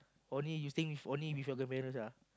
only you staying with only with your grandparents ah